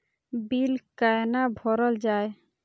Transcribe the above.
Bill कैना भरल जाय?